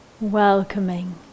welcoming